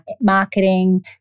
marketing